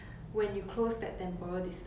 then 你真的会 act